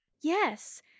Yes